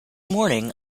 morning